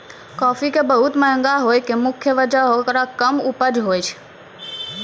काफी के बहुत महंगा होय के मुख्य वजह हेकरो कम उपज होय छै